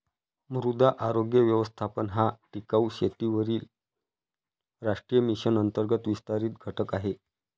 मृदा आरोग्य व्यवस्थापन हा टिकाऊ शेतीवरील राष्ट्रीय मिशन अंतर्गत विस्तारित घटक आहे